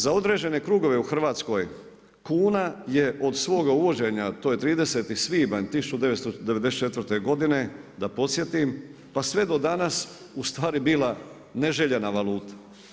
Za određene krugove u Hrvatskoj, kuna je od svoga uvođenja, to je 30. svibanj 1994. godine, da podsjetim, pa sve do danas ustvari bila neželjena valuta.